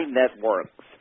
networks